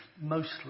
mostly